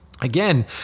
again